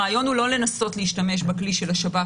הרעיון הוא לא לנסות להשתמש בכלי של השב"כ